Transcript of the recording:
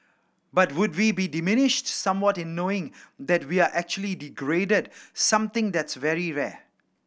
but would we be diminished somewhat in knowing that we're actually degraded something that's very rare